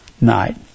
night